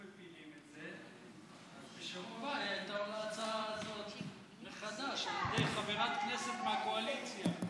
אז בשבוע הבא הייתה עולה ההצעה הזאת מחדש בידי חברת כנסת מהקואליציה,